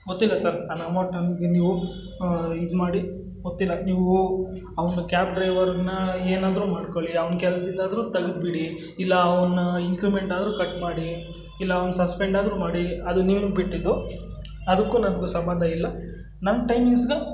ಗೊತ್ತಿಲ್ಲ ಸರ್ ನನ್ನ ಅಮೌಂಟ್ಗೆ ನೀವು ಇದು ಮಾಡಿ ಗೊತ್ತಿಲ್ಲ ನೀವೂ ಅವ್ನು ಕ್ಯಾಬ್ ಡ್ರೈವರ್ನ ಏನಾದ್ರೂ ಮಾಡ್ಕೊಳ್ಳಿ ಅವ್ನು ಕೆಲಸದಿಂದಾದ್ರೂ ತೆಗೆದ್ಬಿಡಿ ಇಲ್ಲ ಅವ್ನು ಇನ್ಕ್ರಿಮೆಂಟ್ ಆದರೂ ಕಟ್ ಮಾಡಿ ಇಲ್ಲ ಅವ್ನು ಸಸ್ಪೆಂಡ್ ಆದರೂ ಮಾಡಿ ಅದು ನಿಮ್ಗೆ ಬಿಟ್ಟಿದ್ದು ಅದಕ್ಕೂ ನನಗೂ ಸಂಬಂಧ ಇಲ್ಲ ನಮ್ಮ ಟೈಮಿಂಗ್ಸ್ಗೆ